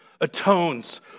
atones